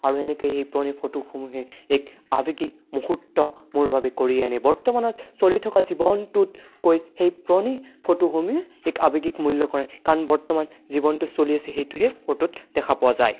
আৰু সেনেকৈয়ে সেই পুৰণি ফটোসমূহে এক আৱেগিক মুহূৰ্ত মোৰ বাবে কঢ়িয়াই আনে বৰ্তমানত চলি থকা জীৱনটোত কৈ সেই পুৰণি ফটোসমূহে এক আৱেগিক মূল্য কৰে কাৰণ বৰ্তমান জীৱনটো চলি আছে সেইটোহে ফ'টোত দেখা পোৱা যায়